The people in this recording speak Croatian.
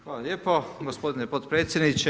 Hvala lijepo gospodine potpredsjedniče.